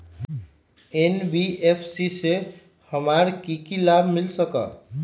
NBFC से हमार की की लाभ मिल सक?